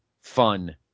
fun